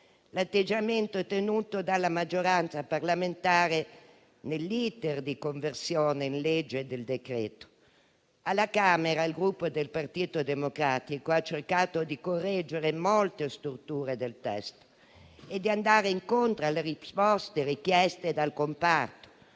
l'atteggiamento tenuto dalla maggioranza parlamentare nell'*iter* di conversione in legge del decreto. Alla Camera il Gruppo Partito Democratico ha cercato di correggere molte storture del testo e di andare incontro alle risposte richieste dal comparto.